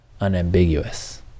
unambiguous